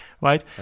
right